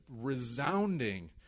resounding